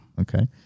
Okay